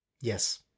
Yes